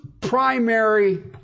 primary